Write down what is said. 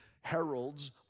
heralds